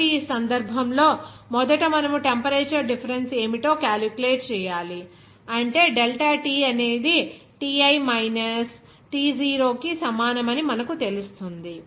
కాబట్టి ఈ సందర్భంలో మొదట మనము టెంపరేచర్ డిఫరెన్స్ ఏమిటో క్యాలిక్యులేట్ చేయాలి అంటే డెల్టా T అనేది Ti మైనస్ T0 కి సమానమని మనకు తెలుస్తుంది